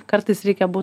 kartais reikia bū